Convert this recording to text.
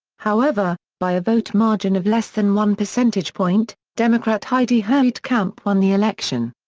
however, by a vote margin of less than one percentage point, democrat heidi heitkamp won the election.